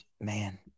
Man